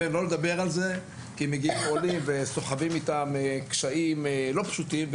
כי מגיעים עולים וסוחבים איתם קשיים לא פשוטים,